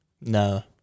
No